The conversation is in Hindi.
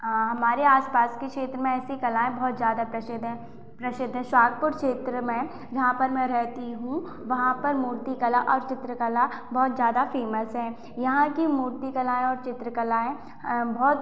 हमारे आस पास के क्षेत्र में ऐसी कलाएँ बहुत ज़्यादा प्रसिद्ध हैं प्रसिद्ध हैं शाहपुर क्षेत्र में जहाँ पर मैं रहती हूँ वहाँ पर मूर्तिकला और चित्रकला बहुत ज़्यादा फ़ेमस हैं यहाँ की मूर्तिकलाएँ और चित्रकलाएँ बहुत